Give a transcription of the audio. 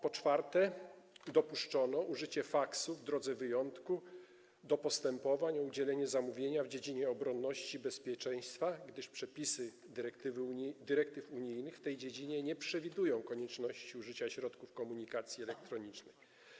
Po czwarte, dopuszczono użycie faksu, w drodze wyjątku, w postępowaniach o udzielenie zamówienia w dziedzinie obronności i bezpieczeństwa, gdyż przepisy dyrektyw unijnych w tej dziedzinie nie przewidują konieczności użycia środków komunikacji elektronicznej.